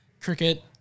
cricket